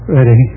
Ready